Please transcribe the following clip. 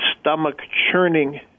stomach-churning